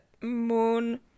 Moon